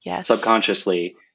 subconsciously